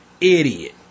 idiot